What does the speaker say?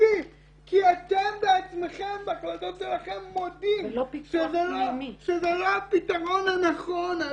פיקוחי כי אתם בעצמכם בהחלטות שלכם מודים שזה לא הפתרון הנכון.